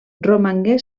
romangué